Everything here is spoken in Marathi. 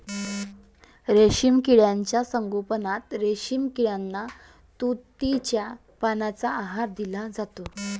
रेशीम किड्यांच्या संगोपनात रेशीम किड्यांना तुतीच्या पानांचा आहार दिला जातो